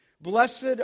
blessed